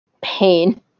pain